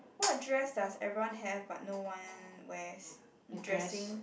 what dress does everyone have but no one wears dressing